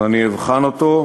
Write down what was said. ואני אבחן אותו,